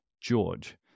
George